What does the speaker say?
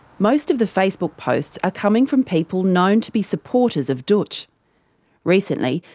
most of the facebook posts are coming from people known to be supporters of dootch recently,